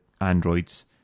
androids